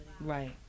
right